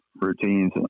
routines